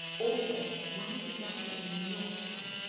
also where would you definately not go?